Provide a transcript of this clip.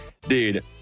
Dude